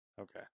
Okay